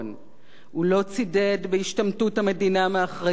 הוא לא צידד בהשתמטות המדינה מאחריות חברתית.